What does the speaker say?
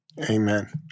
Amen